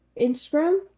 Instagram